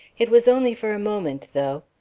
it was only for a moment, though.